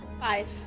Five